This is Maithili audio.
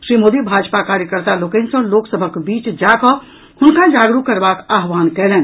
श्री मोदी भाजपा कार्यकर्ता लोकनि सॅ लोक सभक बीच जाकऽ हुनका जागरूक करबाक आह्वान कयलनि